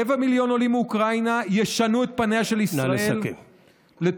רבע מיליון עולים מאוקראינה ישנו את פניה של ישראל לטובה,